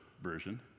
version